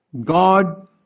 God